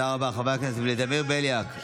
תודה רבה, חבר הכנסת ולדימיר בליאק.